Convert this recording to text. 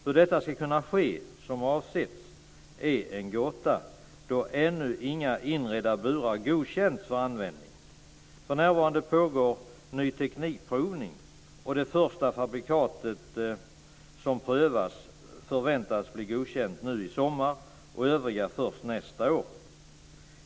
Hur detta ska kunna ske som avsetts är en gåta, då ännu inga inredda burar godkänts för användning. För närvarande pågår provning av ny teknik, och det första fabrikatet som prövas förväntas bli godkänt nu i sommar och övriga först nästa år.